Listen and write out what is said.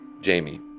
Jamie